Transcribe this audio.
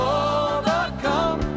overcome